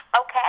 Okay